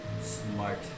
Smart